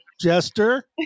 Jester